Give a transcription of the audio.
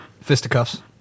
fisticuffs